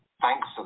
thanks